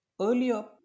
Earlier